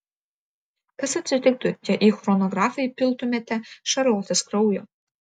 kas atsitiktų jei į chronografą įpiltumėte šarlotės kraujo